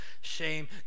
shame